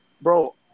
bro